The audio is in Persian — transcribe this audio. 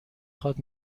خواد